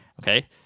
Okay